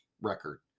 record